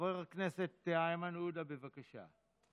חבר הכנסת איימן עודה, בבקשה.